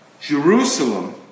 Jerusalem